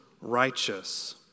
righteous